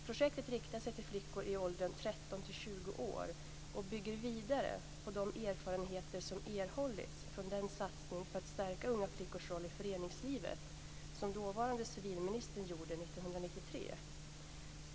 Projektet riktar sig till flickor i åldern 13-20 år och bygger vidare på de erfarenheter som erhållits från den satsning för att stärka unga flickors roll i föreningslivet som dåvarande civilministern gjorde år 1993.